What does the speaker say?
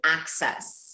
access